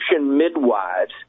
midwives